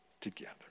together